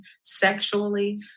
sexually